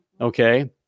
okay